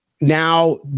now